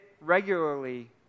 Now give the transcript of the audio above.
regularly